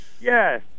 Yes